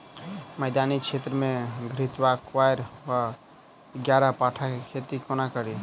मैदानी क्षेत्र मे घृतक्वाइर वा ग्यारपाठा केँ खेती कोना कड़ी?